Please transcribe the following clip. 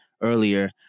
earlier